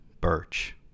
Birch